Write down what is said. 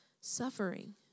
suffering